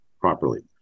properly